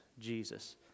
Jesus